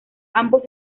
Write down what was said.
ambos